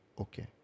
Okay